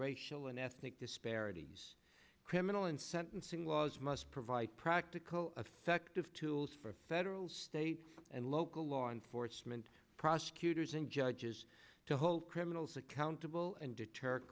racial and ethnic disparities criminal in sentencing laws must provide practical effect of tools for federal state and local law enforcement prosecutors and judges to hold criminals accountable and deter